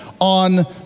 on